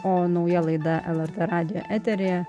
o nauja laida lrt radijo eteryje